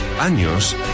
años